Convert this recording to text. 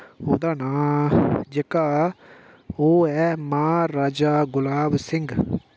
ओह्दा नांऽ जेह्का ओह् ऐ महाराजा गुलाब सिंह